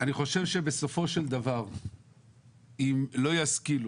אני חושב שבסופו של דבר אם לא ישכילו